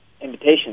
invitation